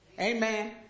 Amen